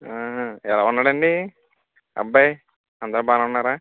ఎలా ఉన్నాడు అండి అబ్బాయి అందరూ బాగానే ఉన్నారా